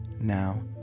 now